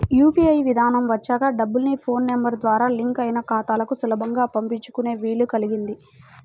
UPI విధానం వచ్చాక డబ్బుల్ని ఫోన్ నెంబర్ ద్వారా లింక్ అయిన ఖాతాలకు సులభంగా పంపించుకునే వీలు కల్గింది